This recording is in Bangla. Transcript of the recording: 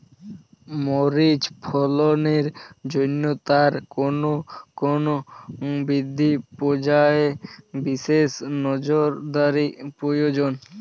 মরিচ ফলনের জন্য তার কোন কোন বৃদ্ধি পর্যায়ে বিশেষ নজরদারি প্রয়োজন?